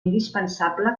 indispensable